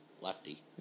lefty